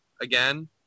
again